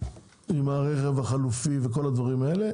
עם הרכב החלופי וכל הדברים האלה,